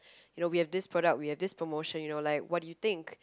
you know we have this product we have this promotion you know like what do you think